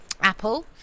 apple